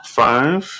five